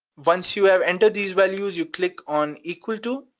once you have entered these values, you click on equal to,